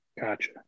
Gotcha